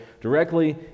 directly